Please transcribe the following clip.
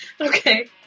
Okay